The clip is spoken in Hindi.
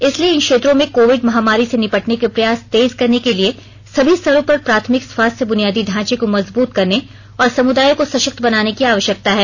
इसलिए इन क्षेत्रों में कोविड महामारी से निपटने के प्रयास तेज करने के लिए सभी स्तरों पर प्राथमिक स्वास्थ्य बुनियादी ढांचे को मजबूत करने और समुदायों को सशक्त बनाने की आवश्यकता है